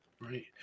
Right